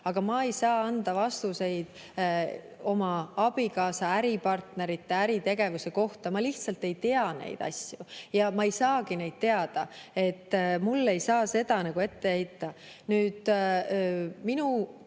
Aga ma ei saa anda vastuseid oma abikaasa äripartnerite äritegevuse kohta. Ma lihtsalt ei tea neid asju ja ma ei saagi neid teada. Mulle ei saa seda ette heita. Nüüd, minu